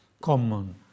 common